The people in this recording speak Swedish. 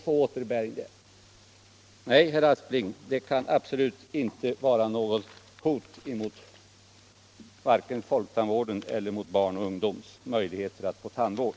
Nej, herr Aspling, det kan absolut inte vara något hot vare sig mot folktandvården eller mot barnens och ungdomens möjligheter att få tandvård.